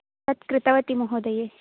तत्कृतवती महोदये